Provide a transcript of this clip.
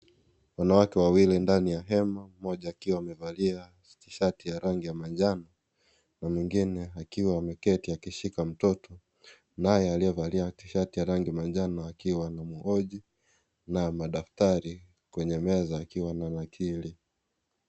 Wanawake wawili ndani ya hema mmoja akiwa amevalia tishati ya rangi ya majano na mwingine akiwa ameketi akishika mtoto. Naye aliyevalia tishati ya rangi majano akiwa anamhoji na madaftari kwenye meza akiwa ana akili.